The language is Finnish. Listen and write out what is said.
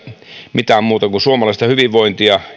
mitään muuta kuin suomalaista hyvinvointia